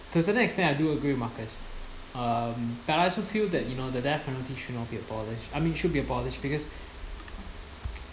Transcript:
to a certain extent I do agree with marcus um but I also feel that you know the death penalty should not be abolished I mean should be abolished because